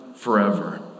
Forever